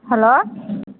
hello